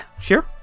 sure